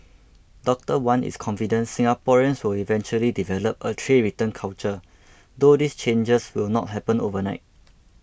Doctor Wan is confident Singaporeans will eventually develop a tray return culture though these changes will not happen overnight